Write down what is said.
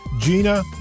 Gina